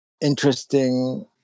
interesting